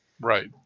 right